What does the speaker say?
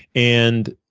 and